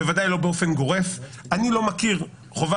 בוודאי לא באופן גורף; אני לא מכיר חובה